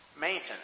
Maintenance